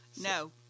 No